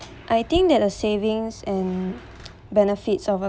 I think that uh savings and benefits of uh